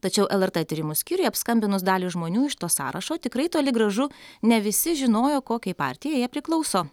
tačiau lrt tyrimų skyriui apskambinus dalį žmonių iš to sąrašo tikrai toli gražu ne visi žinojo kokiai partijai jie priklauso